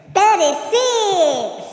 Thirty-six